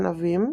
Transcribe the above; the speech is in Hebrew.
ענבים,